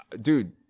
dude